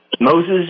Moses